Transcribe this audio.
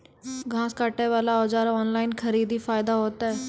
घास काटे बला औजार ऑनलाइन खरीदी फायदा होता?